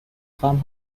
خوام